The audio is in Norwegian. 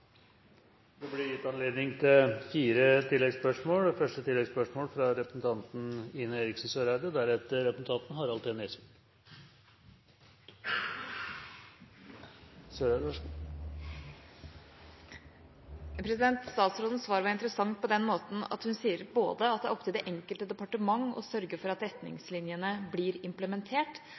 Det blir gitt anledning til fire oppfølgingsspørsmål – først representanten Ine M. Eriksen Søreide. Statsrådens svar var interessant når hun sier at det er opp til det enkelte departement å sørge for at retningslinjene blir implementert.